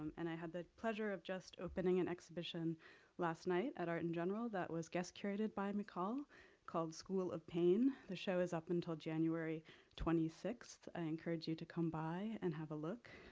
and i had the pleasure of just opening an exhibition last night at art in general that was guest-curated by michal, called school of pain. the show is up until january twenty sixth. i encourage you to come by and have a look.